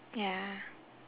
ya